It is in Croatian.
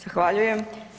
Zahvaljujem.